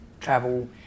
travel